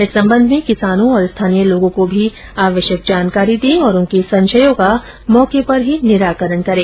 इस संबंध में किसानों और स्थानीय लोगों को भी आवश्यक जानकारी दें और उनके संशयों का मौके पर ही निराकरण करें